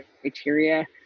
criteria